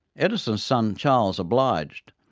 edison's son charles obliged,